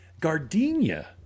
gardenia